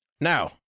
Now